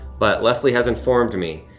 but leslie has informed me,